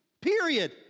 Period